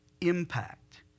impact